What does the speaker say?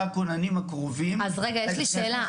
כוננים הקרובים -- אז רגע יש לי שאלה,